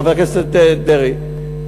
חבר הכנסת אייכלר,